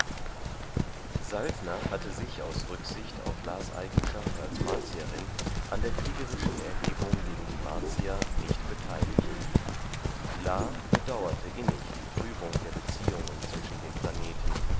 saltner hatte sich aus rücksicht auf las eigenschaft als martierin an der kriegerischen erhebung gegen die martier nicht beteiligt la bedauerte innig die trübung der beziehungen zwischen den planeten